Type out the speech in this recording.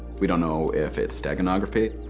we don't know if it's steganography.